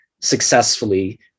successfully